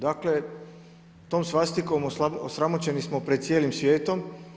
Dakle, tom svastikom osramoćeni smo pred cijelom svijetom.